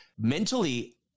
mentally